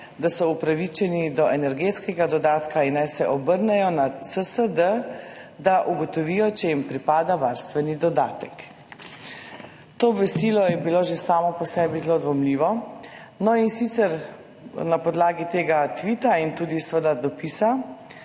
da so upravičeni do energetskega dodatka in naj se obrnejo na CSD, da ugotovijo, če jim pripada varstveni dodatek«. To obvestilo je bilo že samo po sebi zelo dvomljivo. Na podlagi tega tvita in tudi seveda dopisa,